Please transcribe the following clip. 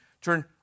turn